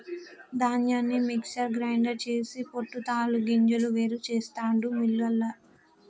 ధాన్యాన్ని mixer grinder చేసి పొట్టు తాలు గింజలు వేరు చెస్తాండు మిల్లులల్ల